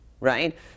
right